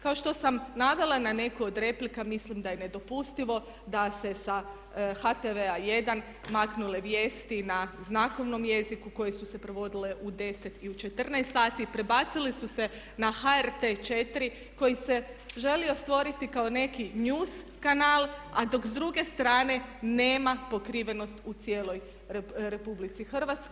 Kao što sam navela na neku od replika, mislim da je nedopustivo da se sa HTV-a 1 maknule vijesti na znakovnom jeziku koje su se provodile u 10 i u 14 sati, prebacile su se na HRT4 koji se želio stvoriti kao neki news kanal a dok s druge strane nema pokrivenost u cijeloj RH.